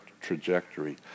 trajectory